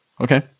Okay